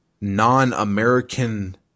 non-American